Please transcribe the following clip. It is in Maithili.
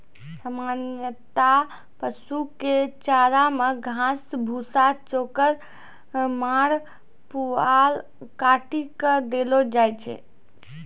सामान्यतया पशु कॅ चारा मॅ घास, भूसा, चोकर, माड़, पुआल काटी कॅ देलो जाय छै